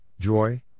joy